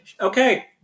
Okay